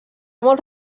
molts